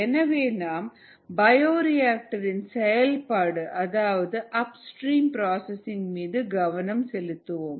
எனவே நாம் பயோரிஆக்டர் இன் செயல்பாடு அதாவது ஆப் ஸ்ட்ரீம் பிராசசிங் மீது கவனம் செலுத்துவோம்